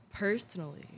Personally